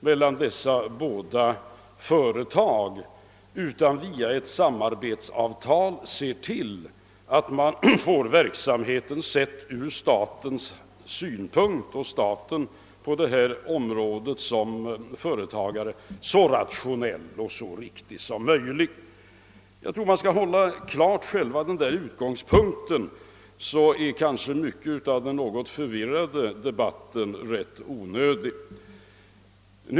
Med hjälp av ett samarbetsavtal måste man se till att man får verksamheten — sedd ur statens synpunkt, d.v.s. staten som företagare på detta område — så rationell och riktig som möjligt. Jag tror att man skall ha den utgångspunkten klar för sig. Om man har det är kanske en stor del av den något förvirrade debatten rätt onödig.